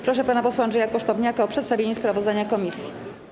Proszę pana posła Andrzeja Kosztowniaka o przedstawienie sprawozdania komisji.